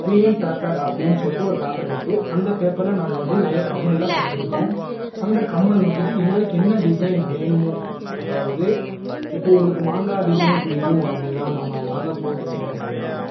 குயிலின் பேப்பர் அப்படின் சொல்லிட்டு ஒரு பேப்பர் இருக்குது அந்த பேப்பரில் நாங்கள் வந்து நிறையா கம்மலெலாம் செஞ்சுருக்கோம் அந்த கம்மல் வந்துவிட்டு எங்களுக்கு என்ன டிசைன் வேணுமோ அதாவது இப்போது உங்களுக்கு மாங்காய் டிசைன் பிடிக்கும் அப்படினா நம்ம மாங்காய் பூ டிசைனில் செய்யலாம்